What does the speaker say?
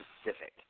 specific